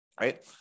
right